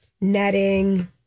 netting